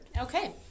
Okay